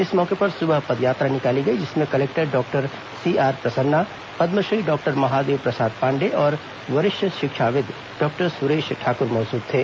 इस मौके पर सुबह पदयात्रा निकाली गई जिसमें collector doctor C R Prasanna Padmashri doctor Mahadev Prasad Pandey और वरिष्ठ शिक्षाविद डॉक्टर सुरेश ठाक्र मौजूद थे